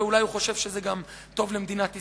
ואולי הוא חושב שזה גם טוב למדינת ישראל.